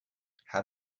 how